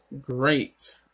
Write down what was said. great